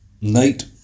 night